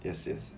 yes yes